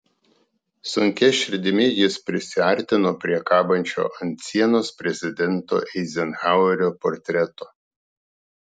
sunkia širdimi jis prisiartino prie kabančio ant sienos prezidento eizenhauerio portreto